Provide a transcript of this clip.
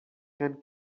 can